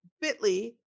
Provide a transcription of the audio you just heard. bit.ly